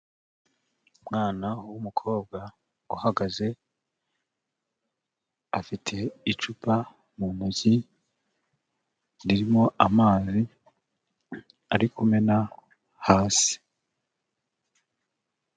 Umwana w'umukobwa uhagaze, afite icupa mu ntoki ririmo amazi ari kumena hasi.